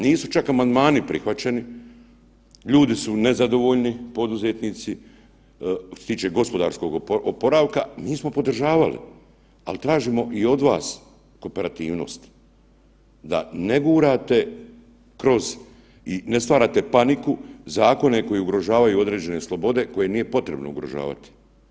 Nisu čak ni amandmani prihvaćeni, ljudi su nezadovoljni, poduzetnici, što se tiče gospodarskog oporavka, mi smo podržavali, ali tražimo i od vas kooperativnost, da ne gurate kroz i ne stvarate paniku, zakone koji ugrožavaju određene slobode koje nije potrebno ugrožavati.